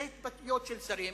זה התבטאויות של שרים